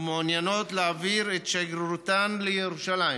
ומעוניינות להעביר את שגרירותן לירושלים,